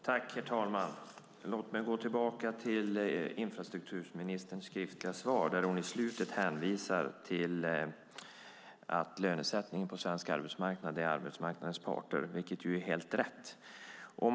Herr talman! Låt mig gå tillbaka till infrastrukturministerns skriftliga svar där hon i slutet hänvisar till att lönesättningen på svensk arbetsmarknad bäst lämpar sig för arbetsmarknadens parter. Det är helt rätt.